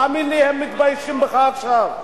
תאמין לי, הם מתביישים בך עכשיו.